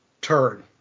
turn